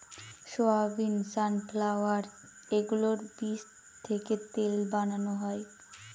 soybean, sunflower এগুলোর বীজ থেকে তেল বানানো হয়